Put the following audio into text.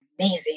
amazing